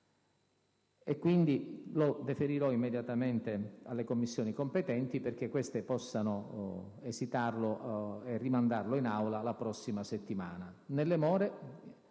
quindi, lo deferirò immediatamente alle Commissioni competenti perché queste possano esitarlo e rimandarlo in Aula la prossima settimana.